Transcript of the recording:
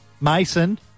Mason